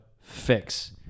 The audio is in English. fix